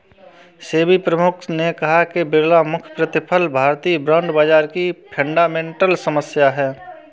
सेबी प्रमुख ने कहा कि बिखरा हुआ प्रतिफल भारतीय बॉन्ड बाजार की फंडामेंटल समस्या है